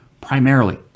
primarily